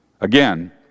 Again